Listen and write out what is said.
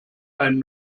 einen